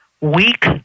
weak